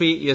P S